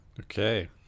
Okay